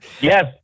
yes